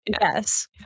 Yes